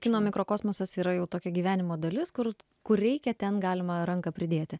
kino mikrokosmosas yra jau tokio gyvenimo dalis kur kur reikia ten galima ranką pridėti